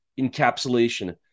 encapsulation